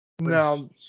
now